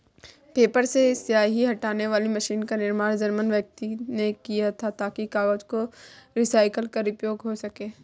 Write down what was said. paper से स्याही हटाने वाली मशीन का निर्माण जर्मन व्यक्ति ने किया था ताकि कागज को रिसाईकल कर उपयोग हो सकें